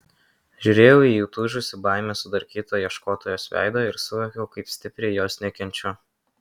žiūrėjau į įtūžusį baimės sudarkytą ieškotojos veidą ir suvokiau kaip stipriai jos nekenčiu